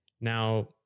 Now